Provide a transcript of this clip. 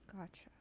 Gotcha